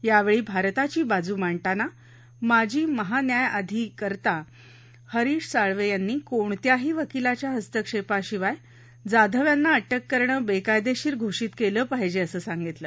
यावेळी भारताची बाजू मांडताना माजी महान्यायअभिकर्ता हरीश साळवे यांनी कोणत्याही वकीलाच्या हस्तक्षेपाशिवाय जाधव यांना अटक करणं बेकायदेशीर घोषित केलं पाहिजे असं सांगितलं